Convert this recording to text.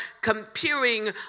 comparing